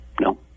No